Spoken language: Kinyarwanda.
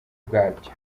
bwabyo